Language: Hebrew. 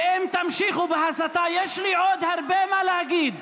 ואם תמשיכו בהסתה, יש לי עוד הרבה מה להגיד.